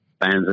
fans